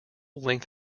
length